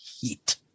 Heat